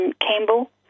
Campbell